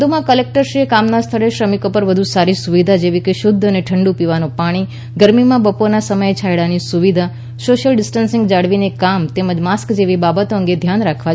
વધુમાં કલેક્ટરશ્રીએ કામના સ્થળે શ્રમિકોને વધુ સારી સુવિધા જેવી કે શુધ્ધ અને ઠંડુ પીવાનું પાણી ગરમીમાં બપોરના સમયે છાયડાંની સુવિધા સોશિયલ ડિસ્ટસીંગ જાળવીને કામ તેમજ માસ્ક જેવી બાબતો અંગે ધ્યાન રાખવા જણાવ્યું હતું